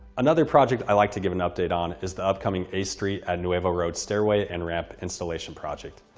another project i'd like to give an update on is the upcoming a street at nuevo road stairway and ramp installation project.